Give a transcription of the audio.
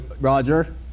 Roger